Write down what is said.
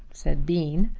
said bean.